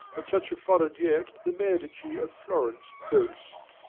and such a forehead yet the medici of florence boast.